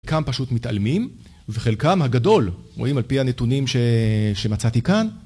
כאן פשוט מתעלמים, וחלקם הגדול, רואים על פי הנתונים שמצאתי כאן